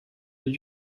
did